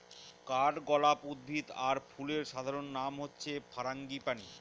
কাঠগলাপ উদ্ভিদ আর ফুলের সাধারণ নাম হচ্ছে ফারাঙ্গিপানি